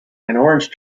orange